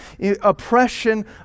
oppression